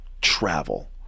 travel